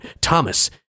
Thomas